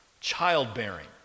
childbearing